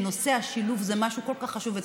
שנושא השילוב זה משהו כל כך חשוב אצלה.